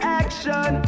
action